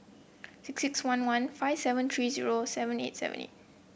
six six one one five seven three zero seven eight seven eight